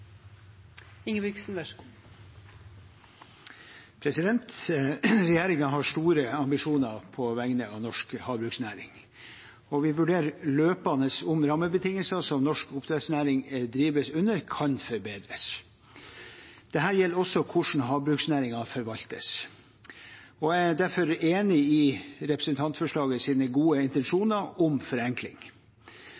har store ambisjoner på vegne av norsk havbruksnæring, og vi vurderer løpende om rammebetingelsene som norsk oppdrettsnæring drives under, kan forbedres. Dette gjelder også hvordan havbruksnæringen forvaltes. Jeg er derfor enig i representantforslagets gode